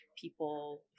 people